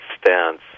stance